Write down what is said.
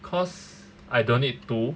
cause I don't need two